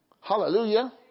Hallelujah